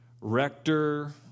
rector